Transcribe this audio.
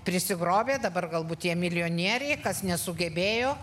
prisigrobė dabar galbūt tie milijonieriai kas nesugebėjo